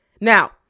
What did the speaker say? Now